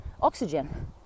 oxygen